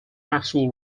maxwell